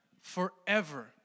forever